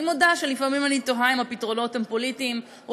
אני מודה שלפעמים אני תוהה אם הפתרונות הם פוליטיים או